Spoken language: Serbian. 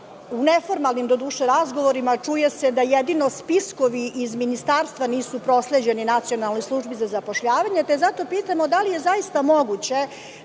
u neformalnim razgovorima čuje se da jedino spiskovi iz ministarstva nisu prosleđeni Nacionalnoj službi za zapošljavanje, te ga zato pitamo – da li je zaista moguće